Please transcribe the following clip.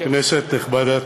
כנסת נכבדה.